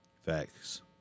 Facts